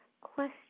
question